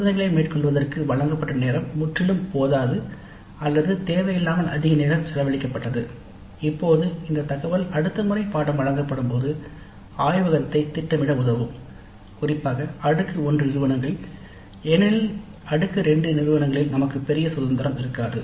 சோதனைகளை மேற்கொள்வதற்கு வழங்கப்பட்ட நேரம் முற்றிலும் போதாது அல்லது தேவையில்லாமல் அதிக நேரம் செலவழிக்கப்பட்டது " இப்போது இந்த தகவல் அடுத்த முறை பாடநெறி வழங்கப்படும் போது ஆய்வகத்தைத் திட்டமிட உதவும் குறிப்பாக அடுக்கு 1 நிறுவனங்களில் ஏனெனில் அடுக்கு 2 நிறுவனங்களில் நமக்கு பெரிய சுதந்திரம் இருக்காது